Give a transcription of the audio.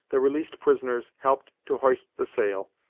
the released prisoners helped to hoist the sail,